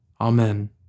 Amen